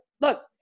look